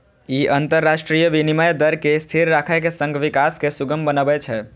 ई अंतरराष्ट्रीय विनिमय दर कें स्थिर राखै के संग विकास कें सुगम बनबै छै